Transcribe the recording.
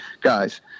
guys